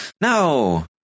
No